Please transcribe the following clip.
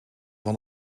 van